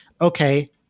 okay